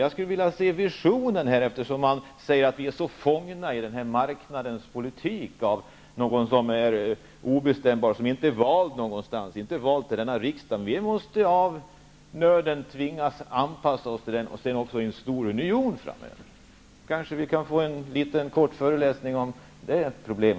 Jag skulle vilja se visionen, eftersom man säger att vi är så fångna i denna marknads politik av någon obestämbar, någon som inte är vald till denna riksdag eller vald till något. Vi är av nöden tvingade att anpassa oss till den, och framöver måste vi även anpassa oss till en stor union. Vi kanske kan få en liten föreläsning även om detta problem.